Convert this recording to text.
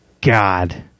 God